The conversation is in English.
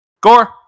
Gore